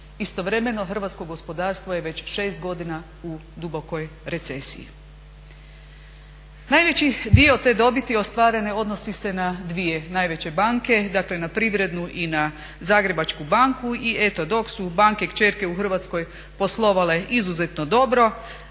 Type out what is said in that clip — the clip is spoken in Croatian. Istovremeno je hrvatsko gospodarstvo već 6 godina u dubokoj recesiji. Najveći dio te dobiti ostvarene odnosi se na dvije najveće banke, dakle na Privrednu i na Zagrebačku banku i eto dok su banke kćerke u Hrvatskoj poslovale izuzetno dobro,